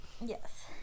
Yes